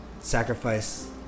sacrifice